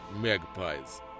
magpies